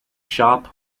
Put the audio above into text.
shop